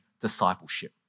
discipleship